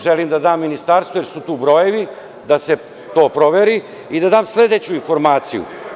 Želim da dam ministarstvu jer su tu brojevi, da se to proveri i da dam sledeću informaciju.